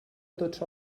tots